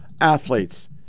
athletes